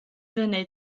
fyny